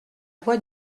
voix